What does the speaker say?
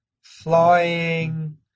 flying